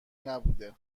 نبوده